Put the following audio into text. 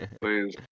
Please